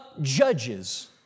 judges